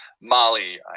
Molly